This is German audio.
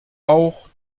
auch